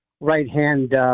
right-hand